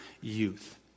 youth